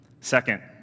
Second